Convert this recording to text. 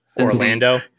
Orlando